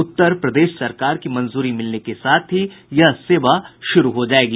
उत्तर प्रदेश सरकार की मंजूरी मिलने के साथ ही यह सेवा शुरू हो जायेगी